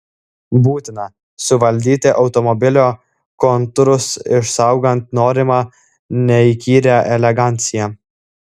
būtina suvaldyti automobilio kontūrus išsaugant norimą neįkyrią eleganciją